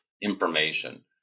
information